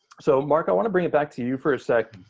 so, mark, i wanna bring it back to you for a sec.